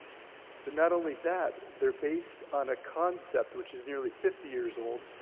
but not only that, they're based on a concept which is nearly fifty years old,